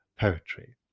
poetry